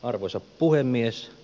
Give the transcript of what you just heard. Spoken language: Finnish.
arvoisa puhemies